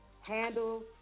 handle